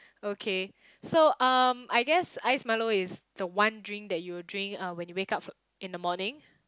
okay so um I guess ice milo is the one drink that you will drink uh when you wake up for in the morning